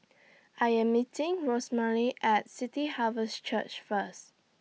I Am meeting Rosemarie At City Harvest Church First